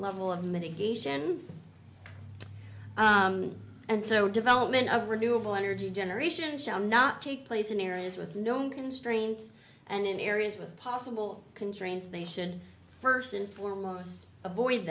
level of mitigation and so development of renewable energy generation shall not take place in areas with known constraints and in areas with possible constraints they should first and foremost avoid